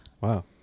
Wow